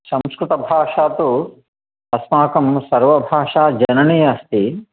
संस्कृतभाषा तु अस्माकं सर्वभाषाजननी अस्ति